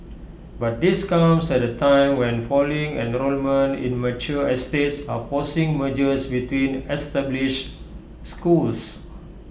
but this comes at A time when falling enrolment in mature estates are forcing mergers between established schools